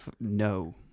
no